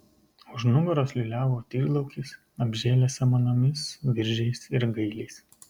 už nugaros liūliavo tyrlaukis apžėlęs samanomis viržiais ir gailiais